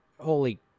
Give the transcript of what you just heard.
holy